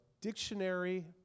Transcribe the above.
dictionary